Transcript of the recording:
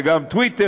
זה גם טוויטר,